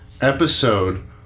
episode